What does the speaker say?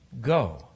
Go